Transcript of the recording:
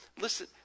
listen